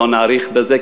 לא נאריך בזה,